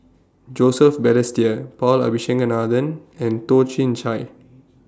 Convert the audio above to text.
Joseph Balestier Paul Abisheganaden and Toh Chin Chye